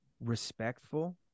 respectful